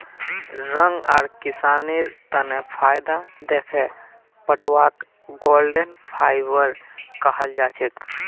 रंग आर किसानेर तने फायदा दखे पटवाक गोल्डन फाइवर कहाल जाछेक